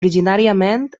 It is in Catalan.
originàriament